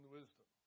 wisdom